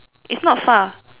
it's not far